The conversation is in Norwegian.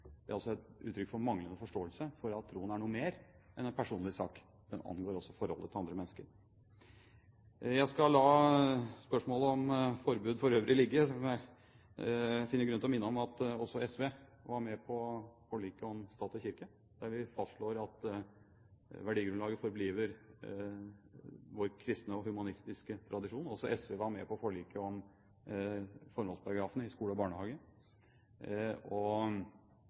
Det er også et uttrykk for manglende forståelse for at troen er noe mer enn en personlig sak. Den angår også forholdet til andre mennesker. Jeg skal la spørsmålet om forbud for øvrig ligge, selv om jeg finner grunn til å minne om at også SV var med på forliket om stat og kirke, der vi fastslår: «Værdigrundlaget forbliver vor kristne og humanistiske Arv.» Også SV var med på forliket om formålsparagrafen i skole og barnehage, og